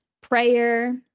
Prayer